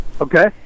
Okay